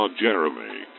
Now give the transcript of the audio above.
Jeremy